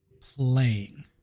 playing